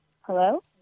hello